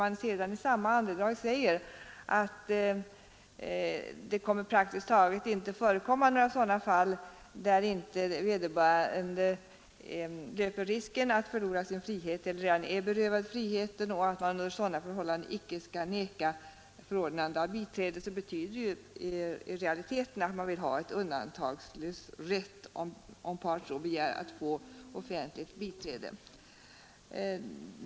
Men när man i samma andedrag säger att det praktiskt taget inte kommer att förekomma några andra fall än där vederbörande löper risk att förlora sin frihet eller redan är berövad friheten, och att man under sådana förhållande icke skall neka förordnande av biträde, betyder det i realiteten att man vill ha rätt utan undantag, om part så begär, att få offentligt biträde.